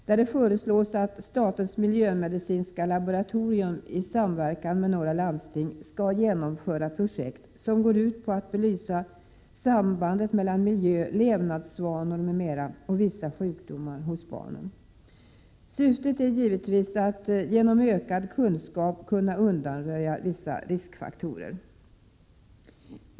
Där föreslås att statens miljömedicinska laboratorium i samverkan med några landsting skall genomföra projekt som går ut på att belysa sambandet mellan miljö, levnadsvanor m.m. och vissa sjukdomar hos barnen. Syftet är givetvis att genom ökad kunskap kunna undanröja riskfaktorer.